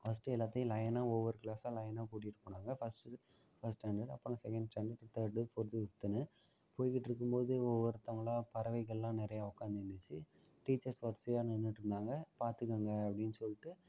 first எல்லாத்தையும் லைனாக ஒவ்வொரு கிளாஸாக லைனாக கூட்டிட்டுப் போனாங்கள் ஃபஸ்ட்டு ஃபஸ்ட்டு ஸ்டாண்டர்ட் அப்புறம் செகேண்ட் ஸ்டாண்டர்ட் தேர்டு ஃபோர்த்து ஃபிஃப்த்துனு போய்க்கிட்டு இருக்கும்போதே ஒவ்வொருத்தவங்களாக பறவைகள்லாம் நிறையா உக்காந்திருந்துச்சு டீச்சர்ஸ் வரிசையாக நின்னுகிட்டுருந்தாங்க பார்த்துக்குங்க அப்படினு சொல்லிட்டு